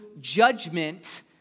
judgment